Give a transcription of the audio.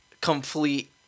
...complete